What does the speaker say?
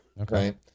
Okay